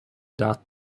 that